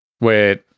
Wait